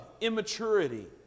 immaturity